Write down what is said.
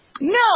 No